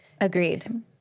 agreed